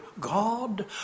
God